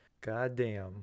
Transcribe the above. goddamn